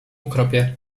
ukropie